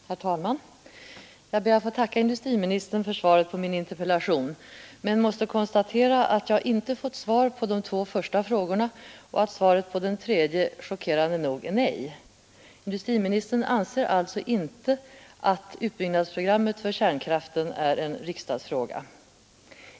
Herr talman! Jag ber att få tacka industriministern för svaret på min interpellation men måste konstatera att jag inte fått svar på de två första frågorna och att svaret på den tredje chockerande nog är nej. Industriministern anser alltså inte att utbyggnadsprogrammet för kärnkraften är en riksdagsfråga.